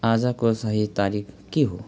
आजको सही तारिख के हो